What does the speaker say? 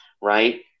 right